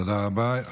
תודה רבה.